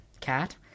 cat